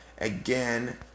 again